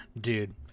Dude